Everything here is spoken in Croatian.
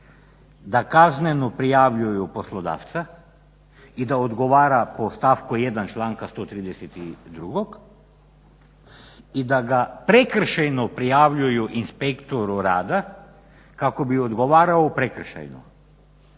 da kazneno prijavljuju poslodavca i oda odgovara po stavku 1. članka 132., i da ga prekršajno prijavljuju inspektoru rada kako bi odgovarao prekršajno,